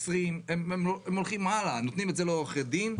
20. הם נותנים את זה לעורכי דין,